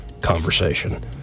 conversation